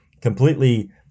completely